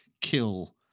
kill